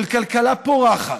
של כלכלה פורחת,